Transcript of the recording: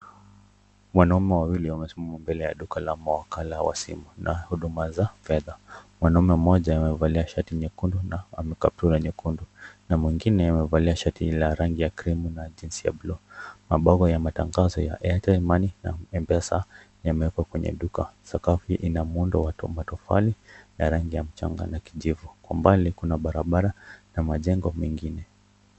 Wanaume wawili wamesimama mbele ya duka ya duka ya mboga, na huduma za kifedha, mwanume mmoja amevalia shati nyekundu, na kaptura nyekundu, na mwingine amevalia shati ya rangi ya krimu na jinsi ya buluu, mabango ya matangazo ya Airtel money na mpesa , yako kwenye duka, sakafu ina muundo wa matofali na rangi ya mchamganyo ya kijivu, kwa mbali kuna barabara na majengo mengine.